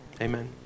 Amen